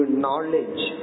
knowledge